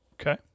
Okay